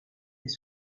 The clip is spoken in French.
des